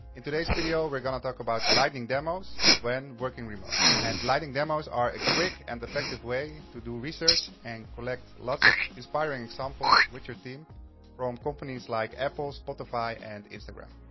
in today's video, we're gonna talk about lightning demos when working remote. and lighting demos are a quick and effective way to do research and collect lots of inspiring samples with your team from companies like apple, spotify, and instagram.